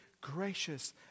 gracious